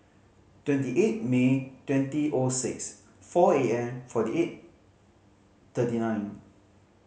twenty eight May twenty O six four A N forty eight thirty nine